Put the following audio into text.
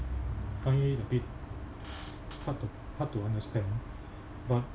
I find a bit hard to hard to understand but